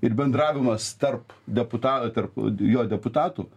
ir bendravimas tarp deputa tarp jo deputatų